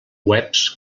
webs